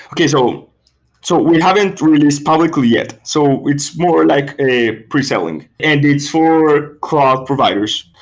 okay. so so we haven't released publicly yet. so it's more like a preselling and it's for cloud providers.